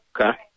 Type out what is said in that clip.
Okay